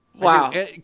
Wow